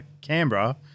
Canberra